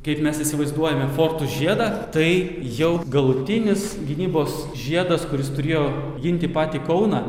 kaip mes įsivaizduojame fortų žiedą tai jau galutinis gynybos žiedas kuris turėjo ginti patį kauną